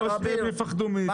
לא שהם יפחדו מ- -- אני צריך לעזוב.